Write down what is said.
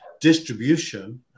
Distribution